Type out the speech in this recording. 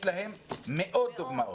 יש להם מאות דוגמאות.